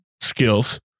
skills